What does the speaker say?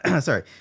Sorry